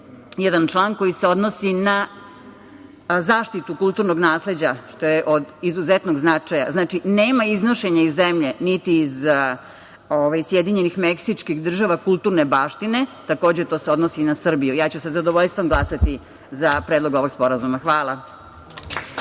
jedan član koji se odnosi na zaštitu kulturnog nasleđa što je od izuzetnog značaja. Znači, nema iznošenja iz zemlje, niti iz Sjedinjenih Meksičkih država kulturne baštine, takođe to se odnosi i na Srbiju. Ja ću sa zadovoljstvom glasati za predlog ovog sporazuma. Hvala.